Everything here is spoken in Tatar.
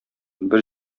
бер